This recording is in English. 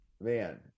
man